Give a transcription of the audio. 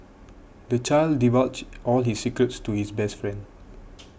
the child divulged all his secrets to his best friend